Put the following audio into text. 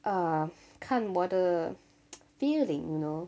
uh 看我的 feeling you know